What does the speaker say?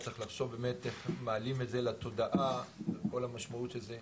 צריך לחשוב באמת איך מעלים את זה לתודעה עם כל המשמעות של זה.